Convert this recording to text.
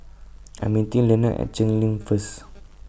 I Am meeting Lenon At Cheng Lim First